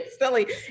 silly